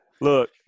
Look